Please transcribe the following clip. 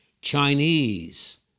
Chinese